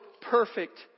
perfect